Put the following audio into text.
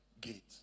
gate